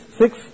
six